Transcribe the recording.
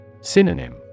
Synonym